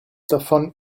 davon